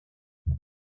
grey